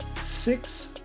Six